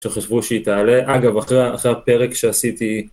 שחשבו שהיא תעלה, אגב אחרי, אחרי הפרק שעשיתי